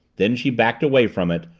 then she backed away from it,